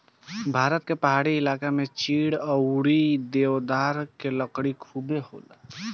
भारत के पहाड़ी इलाका में चीड़ अउरी देवदार के लकड़ी खुबे होला